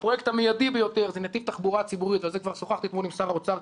הפרויקט המיידי ביותר הוא נתיב תחבורה ציבורית וכבר שוחחתי על זה